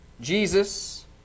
Jesus